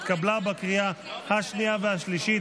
התקבלה בקריאה השנייה והשלישית,